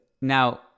Now